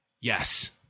Yes